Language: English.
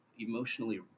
emotionally